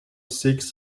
six